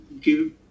give